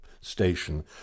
station